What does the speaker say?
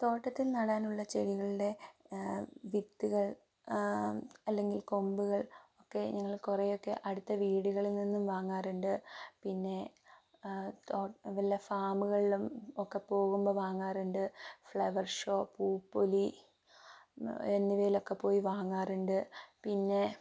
തോട്ടത്തിൽ നടാനുള്ള ചെടികളുടെ വിത്തുകൾ അല്ലെങ്കിൽ കൊമ്പുകൾ ഒക്കെ ഞങ്ങൾ കുറേയൊക്കെ അടുത്ത വീടുകളിൽ നിന്നും വാങ്ങാറുണ്ട് പിന്നെ വല്ല ഫാമുകളിലും ഒക്കെ പോകുമ്പോൾ വാങ്ങാറുണ്ട് ഫ്ലവർ ഷോ പൂപ്പൊലി എന്നിവയിലൊക്കെ പോയി വാങ്ങാറുണ്ട് പിന്നേ